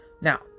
Now